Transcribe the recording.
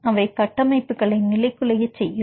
அவை கட்டமைப்புகளை நிலைகுலையச் செய்யும்